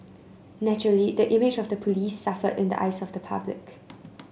naturally the image of the police suffered in the eyes of the public